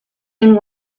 and